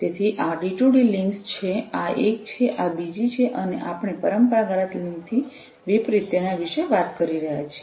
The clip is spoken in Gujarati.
તેથી આ ડિટુડી લિંક્સ છે આ એક છે આ બીજી છે અને આપણે પરંપરાગત લિંક્સ થી વિપરીત તેના વિશે વાત કરી રહ્યા છીએ